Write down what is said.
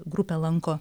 grupę lanko